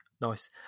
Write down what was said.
nice